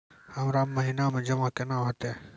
हमरा महिना मे जमा केना हेतै?